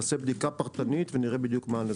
נעשתה בדיקה פרטנית ונראה מה הנזק.